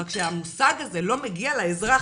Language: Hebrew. רק שהמושג הזה לא מגיע לאזרח.